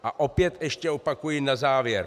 A opět ještě opakuji na závěr.